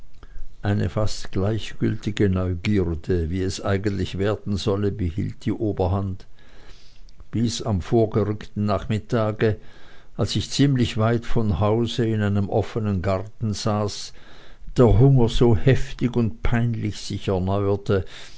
eine fast gleichgültige neugierde wie es eigentlich werden solle behielt die oberhand bis am vorgerückten nachmittage als ich ziemlich weit von hause in einem offenen garten saß der hunger so heftig und peinlich sich